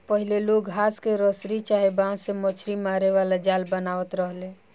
पहिले लोग घास के रसरी चाहे बांस से मछरी मारे वाला जाल बनावत रहले